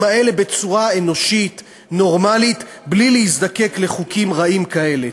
האלה בצורה אנושית ונורמלית בלי להזדקק לחוקים רעים כאלה.